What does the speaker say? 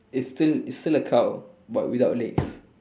it's still it's still a cow but without legs